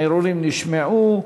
הערעורים נשמעו.